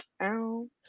ow